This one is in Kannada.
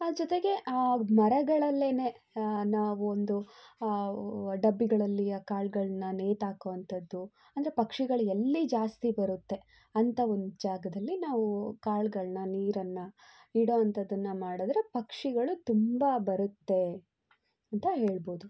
ಜೊತೆಗೆ ಮರಗಳಲ್ಲೆ ನಾವೊಂದು ಡಬ್ಬಿಗಳಲ್ಲಿ ಆ ಕಾಳುಗಳ್ನ ನೇತಾಕುವಂತದ್ದು ಅಂದರೆ ಪಕ್ಷಿಗಳು ಎಲ್ಲಿ ಜಾಸ್ತಿ ಬರುತ್ತೆ ಅಂಥ ಒಂದು ಜಾಗದಲ್ಲಿ ನಾವು ಕಾಳುಗಳ್ನ ನೀರನ್ನು ಇಡೋ ಅಂತದ್ದನ್ನು ಮಾಡಿದ್ರೆ ಪಕ್ಷಿಗಳು ತುಂಬ ಬರುತ್ತೆ ಅಂತ ಹೇಳ್ಬೋದು